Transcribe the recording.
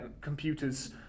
computers